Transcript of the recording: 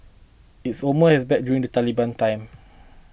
it's almost as bad during the Taliban time